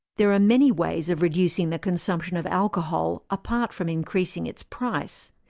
there are many ways of reducing the consumption of alcohol apart from increasing its' price.